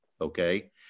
okay